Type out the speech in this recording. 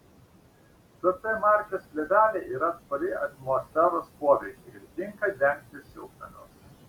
ct markės plėvelė yra atspari atmosferos poveikiui ir tinka dengti šiltnamius